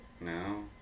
No